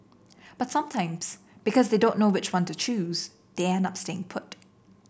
but sometimes because they don't know which one to choose they end up staying put